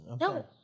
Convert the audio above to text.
No